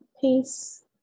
peace